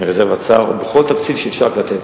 מרזרבת שר ומכל תקציב שאפשר לתת.